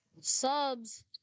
Subs